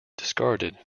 discarded